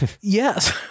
yes